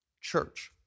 Church